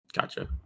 Gotcha